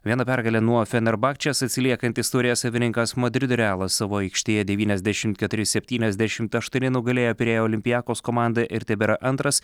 viena pergale nuo fenerbakčės atsiliekantis taurės savininkas madrido realas savo aikštėje devyniasdešim keturi septyniasdešimt aštuoni nugalėjo pirėjo olimpijakos komandą ir tebėra antras